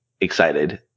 excited